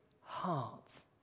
heart